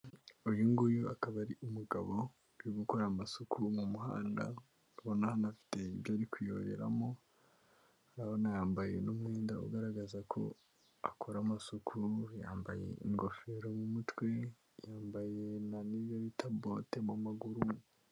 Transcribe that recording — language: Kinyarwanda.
Uyu nguyu akaba ari umugabo uri gukora amasuku mu muhanda, ndi kubona hano afite ibyo ari kuyoreramo, urabona yambaye n'umwenda ugaragaza ko akora amasuku yambaye ingofero mu mutwe, yambaye n'iyo bita bote mu maguru.